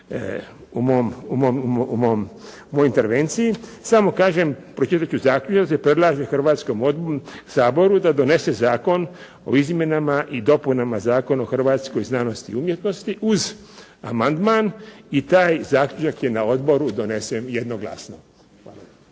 u mojoj intervenciji, samo kažem, pročitati ću zaključak da se predlaže Hrvatskom saboru da donese Zakon o izmjenama i dopunama Zakona o hrvatskoj znanosti i umjetnosti uz amandman i taj zaključak je na odboru donesen jednoglasno.